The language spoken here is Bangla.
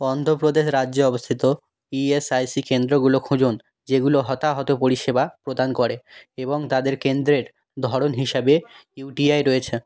অন্ধ্র প্রদেশ রাজ্যে অবস্থিত ইএসআইসি কেন্দ্রগুলো খুঁজুন যেগুলো হতাহত পরিষেবা প্রদান করে এবং তাদের কেন্দ্রের ধরন হিসাবে ইউটিআই রয়েছে